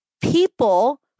people